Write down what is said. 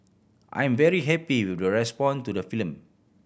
I am very happy with the respond to the film